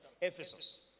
ephesus